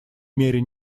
мере